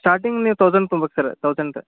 starting ನೀವು thousand ತುಂಬೇಕು sir thousand